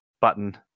button